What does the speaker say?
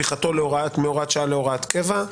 לגבי הפיכתו מהוראת שעה להוראת קבע,